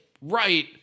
right